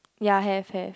ya have have